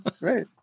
right